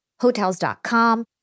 Hotels.com